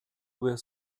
their